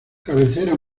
cabecera